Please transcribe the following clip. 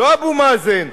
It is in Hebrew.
לא אבו מאזן.